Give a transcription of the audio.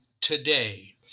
today